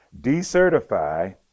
decertify